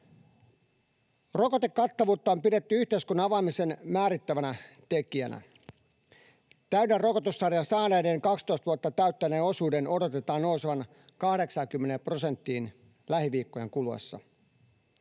Rokotekattavuutta on pidetty yhteiskunnan avaamisen määrittävänä tekijänä. Täyden rokotussarjan saaneiden, 12 vuotta täyttäneiden osuuden odotetaan nousevan 80 prosenttiin lähiviikkojen kuluessa.